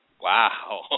Wow